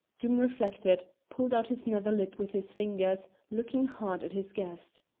doom reflected, pulled out his nether lip with his fingers, looking hard at his guest.